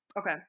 Okay